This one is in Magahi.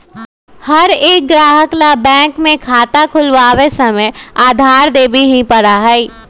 हर एक ग्राहक ला बैंक में खाता खुलवावे समय आधार देवे ही पड़ा हई